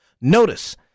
Notice